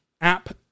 app